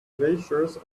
glaciers